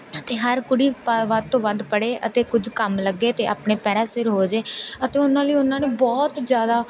ਅਤੇ ਹਰ ਕੁੜੀ ਪ ਵੱਧ ਤੋਂ ਵੱਧ ਪੜ੍ਹੇ ਅਤੇ ਕੁਝ ਕੰਮ ਲੱਗੇ ਅਤੇ ਆਪਣੇ ਪੈਰਾਂ ਸਿਰ ਹੋ ਜੇ ਅਤੇ ਉਹਨਾਂ ਲਈ ਉਹਨਾਂ ਨੇ ਬਹੁਤ ਜ਼ਿਆਦਾ